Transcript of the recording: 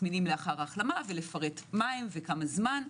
מתסמינים לאחר ההחלמה ולפרט מהם ולפרט כמה זמן,